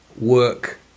work